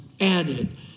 added